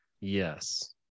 Yes